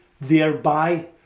thereby